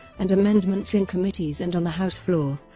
and amendments in committees and on the house floor,